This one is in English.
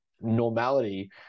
normality